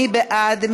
מי בעד?